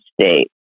state